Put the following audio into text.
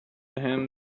him